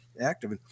active